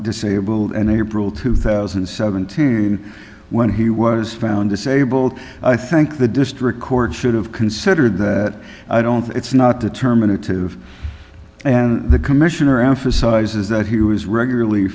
disabled and april two thousand and seventeen when he was found disabled i think the district court should have considered that i don't it's not determinative and the commissioner emphasizes that he was regularly